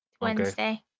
wednesday